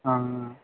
ஆ ஆ